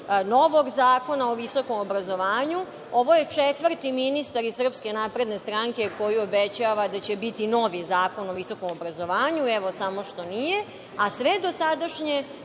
novog zakona o visokom obrazovanju. Ovo je četvrti ministar iz SNS koji obećava da će biti novi zakon o visokom obrazovanju, evo samo što nije, a sve dosadašnje